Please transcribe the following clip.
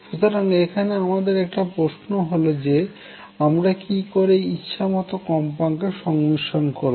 সুতরাং এখানে আমাদের একটি প্রশ্ন হল যে আমরা কি করে ইচ্ছামত কম্পাঙ্কের সংমিশ্রন করবো